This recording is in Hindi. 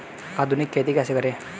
आधुनिक खेती कैसे करें?